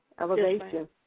Elevation